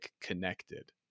connected